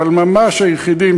אבל ממש היחידים,